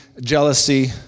jealousy